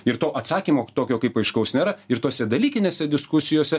ir to atsakymo tokio kaip aiškaus nėra ir tose dalykinėse diskusijose